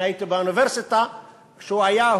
אני הייתי באוניברסיטה כשהוא היה,